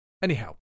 Anyhow